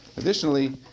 Additionally